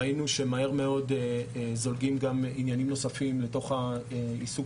ראינו שמהר מאוד זולגים גם עניינים נוספים לתוך העיסוק